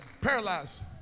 paralyzed